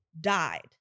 died